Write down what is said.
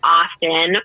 often